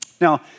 Now